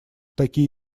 такие